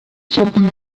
something